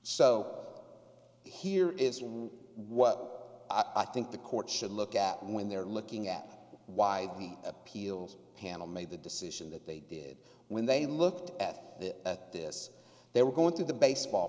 so here is what i think the court should look at when they're looking at why the appeals panel made the decision that they did when they looked at this they were going through the baseball